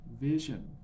vision